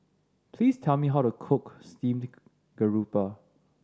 please tell me how to cook steamed garoupa